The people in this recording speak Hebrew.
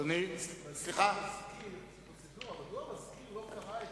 ורוברט אילטוב וקבוצת חברי הכנסת,